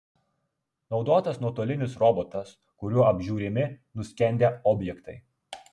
naudotas nuotolinis robotas kuriuo apžiūrimi nuskendę objektai